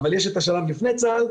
אבל יש השלב לפני צה"ל,